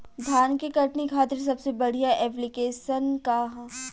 धान के कटनी खातिर सबसे बढ़िया ऐप्लिकेशनका ह?